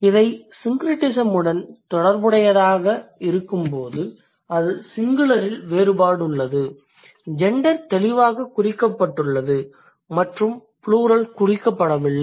இது syncretismஉடன் தொடர்புடையதாக இருக்கும்போது அதாவது சிங்குலரில் வேறுபாடு உள்ளது ஜெண்டர் தெளிவாகக் குறிக்கப்பட்டுள்ளது மற்றும் ப்ளூரல் குறிக்கப்படவில்லை